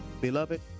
Beloved